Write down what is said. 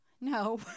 No